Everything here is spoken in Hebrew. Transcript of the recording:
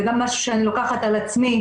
זה גם משהו שאני לוקחת על עצמי,